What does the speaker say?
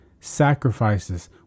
sacrifices